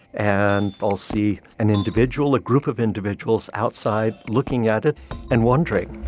and i'll see an individual, a group of individuals outside looking at it and wondering.